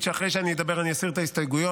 שאחרי שאני אדבר אני אסיר את ההסתייגויות.